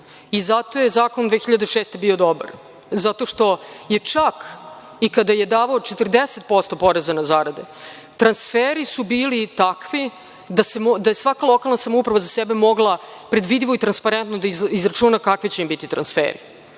i zato je zakon 2006. godine bio dobar. Zato što je čak i kada je davao 40% poreza na zarade, transferi su bili takvi da je svaka lokalna samouprava za sebe mogla predvidivo i transparentno da izračuna kakvi će im biti transferi.